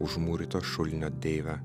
užmūryto šulinio deive